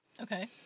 Okay